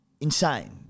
insane